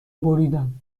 بریدم